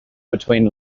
between